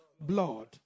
blood